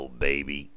baby